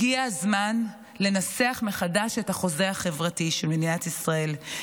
הגיע הזמן לנסח מחדש את החוזה החברתי של מדינת ישראל,